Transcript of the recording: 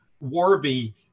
Warby